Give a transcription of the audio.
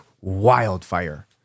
wildfire